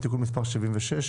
תיקון מס' 76,